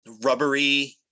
rubbery